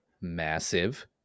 massive